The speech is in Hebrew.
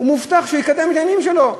מובטח שיקדם את העניינים שלו,